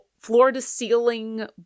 floor-to-ceiling